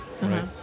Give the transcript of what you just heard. Right